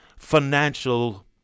financial